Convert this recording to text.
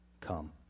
come